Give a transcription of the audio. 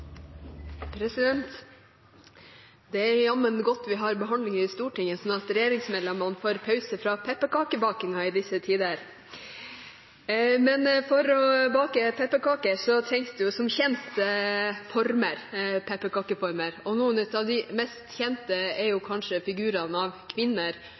Det er jammen godt vi har behandlinger i Stortinget, sånn at regjeringsmedlemmene får pause fra pepperkakebakingen i disse tider. For å bake pepperkaker trengs det som kjent pepperkakeformer. Noen av de kanskje mest kjente er figurene av kvinner